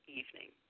evening